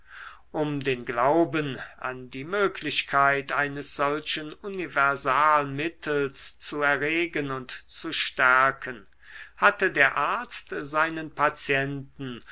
um den glauben an die möglichkeit eines solchen universalmittels zu erregen und zu stärken hatte der arzt seinen patienten